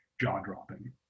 jaw-dropping